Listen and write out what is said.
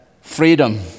freedom